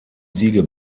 siege